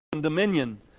dominion